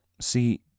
See